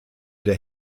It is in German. der